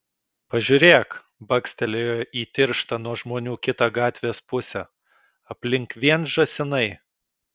pažiūrėk bakstelėjo į tirštą nuo žmonių kitą gatvės pusę aplink vien žąsinai